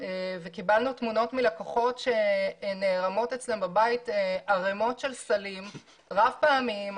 וקיבלנו תמונות מלקוחות שנערמות אצלם בבית ערימות של סלים רב פעמיים.